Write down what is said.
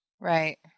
right